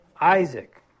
Isaac